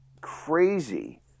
crazy